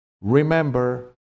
Remember